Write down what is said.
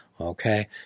Okay